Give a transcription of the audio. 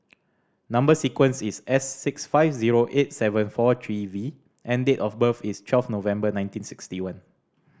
number sequence is S six five zero eight seven four three V and date of birth is twelve November nineteen sixty one